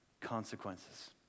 consequences